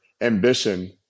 ambition